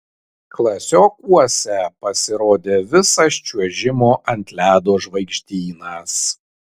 klasiokuose pasirodė visas čiuožimo ant ledo žvaigždynas